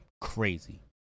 crazy